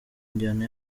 njyana